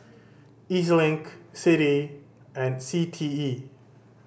E Z Link CITI and C T E